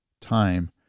time